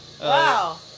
Wow